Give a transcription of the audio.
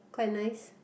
quite nice